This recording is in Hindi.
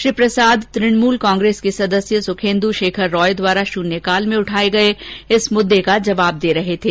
श्री प्रसाद तृणमूल कांग्रेस के सदस्य सुखेन्दु शेखर रॉय द्वारा शून्यकाल में उठाये गये इस मदुदे का जवाब दे रहे थे